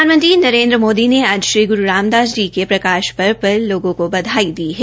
प्रधानमंत्री नरेन्द्र मोदी ने आज श्री ग्रू रामदास जी के प्रकाशपर्व पर लोगों को बधाई दी है